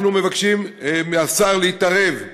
אנחנו מבקשים מהשר להתערב,